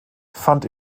fand